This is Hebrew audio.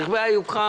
רכבי היוקרה